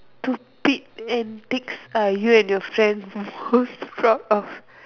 stupid antics are you and your friend most proud of